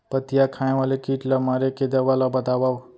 पत्तियां खाए वाले किट ला मारे के दवा ला बतावव?